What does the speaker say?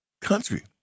country